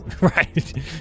Right